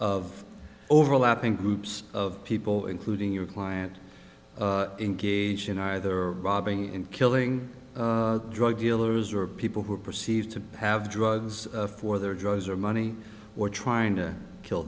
of overlapping groups of people including your client engaged in either bobbing and killing drug dealers or people who are perceived to have drugs for their drugs or money order trying to kill